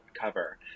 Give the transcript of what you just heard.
cover